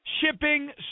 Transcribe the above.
shipping